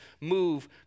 move